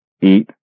eat